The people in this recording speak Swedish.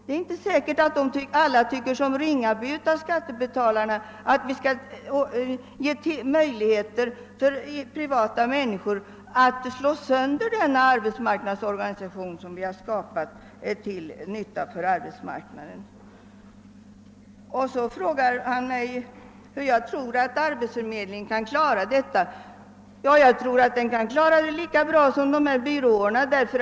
Det är inte säkert att alla skattebetalarna tycker som herr Ringaby, att vi bör ge privata människor möjlighet att slå sönder den arbetsmarknadsorganisation som vi har skapat till nytta för arbetsmarknaden. Så frågar herr Ringaby mig, hur jag tror att arbetsförmedlingen kan klara denna verksamhet. Jag tror att den kan klara den lika bra som byråerna.